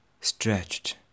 Stretched